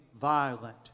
violent